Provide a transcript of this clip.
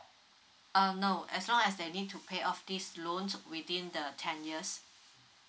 um no long as they need to pay off these loans within the ten years